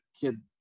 kid